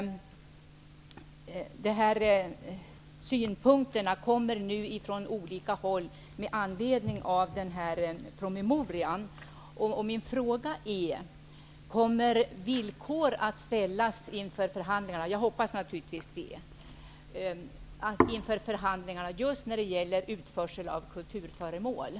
Synpunkter kommer nu från olika håll med anledning av den här promemorian. Min fråga är: Kommer villkor att ställas inför förhandlingarna just när det gäller utförsel av kulturföremål? Jag hoppas naturligtvis att så blir fallet.